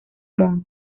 mons